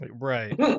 right